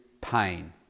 pain